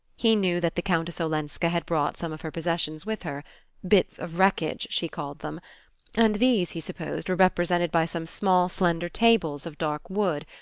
he knew that the countess olenska had brought some of her possessions with her bits of wreckage, she called them and these, he supposed, were represented by some small slender tables of dark wood,